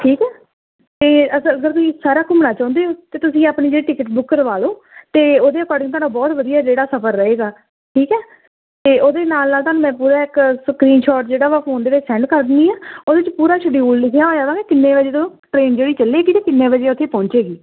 ਠੀਕ ਆ ਅਤੇ ਅਗਰ ਅਗਰ ਤੁਸੀਂ ਸਾਰਾ ਘੁੰਮਣਾ ਚਾਹੁੰਦੇ ਹੋ ਤਾਂ ਤੁਸੀਂ ਆਪਣੀ ਜਿਹੜੀ ਟਿਕਟ ਬੁੱਕ ਕਰਵਾ ਲਉ ਅਤੇ ਉਹਦੇ ਅਕੋਰਡਿੰਗ ਤੁਹਾਡਾ ਬਹੁਤ ਵਧੀਆ ਜਿਹੜਾ ਸਫਰ ਰਹੇਗਾ ਠੀਕ ਹੈ ਅਤੇ ਉਹਦੇ ਨਾਲ ਨਾਲ ਤੁਹਾਨੂੰ ਮੈਂ ਪੂਰਾ ਇੱਕ ਸਕਰੀਨਸ਼ੋਟ ਜਿਹੜਾ ਵਾ ਫੋਨ ਦੇ ਵਿੱਚ ਸੈਂਡ ਕਰ ਦਿੰਦੀ ਹਾਂ ਉਹਦੇ ਵਿੱਚ ਪੂਰਾ ਸ਼ਡਿਊਲ ਲਿਖਿਆ ਹੋਇਆ ਵਾ ਕਿੰਨੇ ਵਜੇ ਤੋਂ ਟਰੇਨ ਜਿਹੜੀ ਚੱਲੇਗੀ ਅਤੇ ਕਿੰਨੇ ਵਜੇ ਉੱਥੇ ਪਹੁੰਚੇਗੀ